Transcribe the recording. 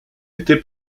été